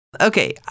Okay